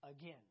again